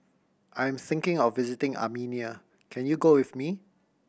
I am thinking of visiting Armenia can you go with me